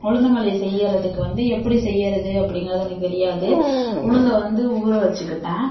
உளுந்தங்களி செய்கிறதுக்கு வந்து எப்படி செய்கிறது அப்படிங்கறது எனக்கு தெரியாது உளுந்தை வந்து ஊற வச்சுக்கிட்டேன்